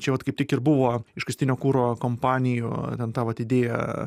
čia vat kaip tik ir buvo iškastinio kuro kompanijų ten ta vat idėja